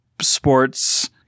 sports